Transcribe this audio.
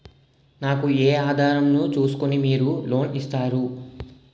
నాకు ఏ ఆధారం ను చూస్కుని మీరు లోన్ ఇస్తారు?